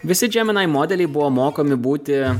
visi džeminai modeliai buvo mokomi būti